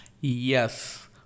Yes